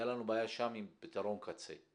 הייתה לנו בעיה שם עם פתרון קצה.